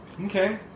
Okay